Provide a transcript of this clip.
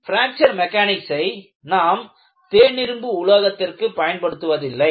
fracture மெக்கானிக்சை நாம் தேனிரும்பு உலோகத்திற்கு பயன்படுத்துவதில்லை